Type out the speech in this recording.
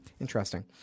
interesting